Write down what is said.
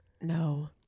no